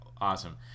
awesome